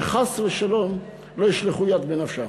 שחס ושלום לא ישלחו ידם בנפשם.